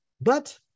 but-